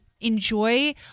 enjoy